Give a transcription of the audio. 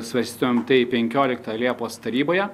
svarstytumėm tai penkioliktą liepos taryboje